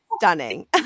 stunning